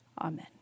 Amen